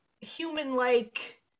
human-like